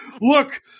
look